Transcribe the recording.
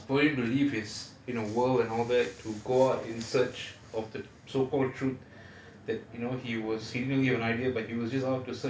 uh child for him to live is in a world and all that to go out in search of the so call that you know he was